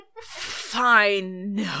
Fine